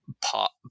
pop